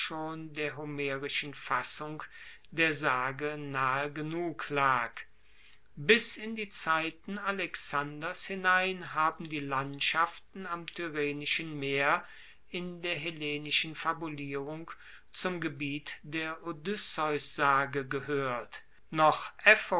der homerischen fassung der sage nahe genug lag bis in die zeiten alexanders hinein haben die landschaften am tyrrhenischen meer in der hellenischen fabulierung zum gebiet der odysseussage gehoert noch